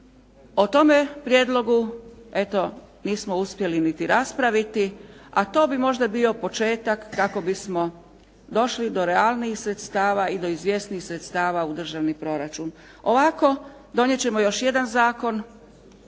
O tome prijedlogu eto nismo uspjeli niti raspraviti a to bi možda bio početak kako bismo došli do realnijih sredstava i do izvjesnijih sredstava u državni proračun. Ovako, donijet ćemo još jedan zakon